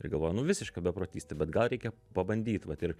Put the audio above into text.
ir galvoju nu visiška beprotystė bet gal reikia pabandyt vat ir